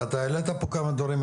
ואתה העלית פה כמה דברים,